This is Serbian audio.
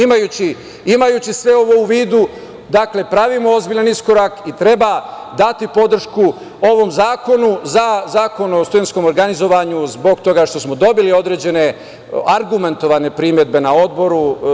Imajući sve ovo u vidu, pravimo ozbiljan iskorak i treba dati podršku ovom zakonu za Zakon o studentskom organizovanju zbog toga što smo dobili određene argumentovane primedbe na Odboru.